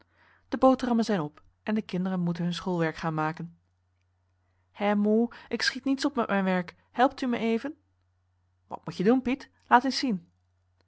de boterhammen zijn op en de kinderen moeten hun schoolwerk gaan maken hè moe ik schiet niets op met mijn werk helpt u me even wat moet je doen piet laat eens zien